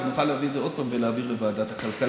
נוכל להביא את זה עוד פעם ולהעביר לוועדת הכלכלה,